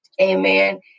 Amen